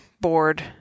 bored